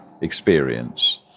experience